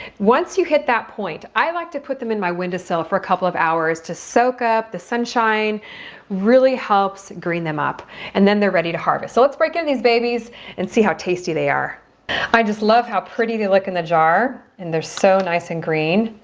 once you hit that point i like to put them in my windowsill for a couple of hours to soak up the sunshine really helps green them up and then they're ready to harvest. so let's break out these babies and see how tasty they are i just love how pretty they look in the jar and they're so nice and green.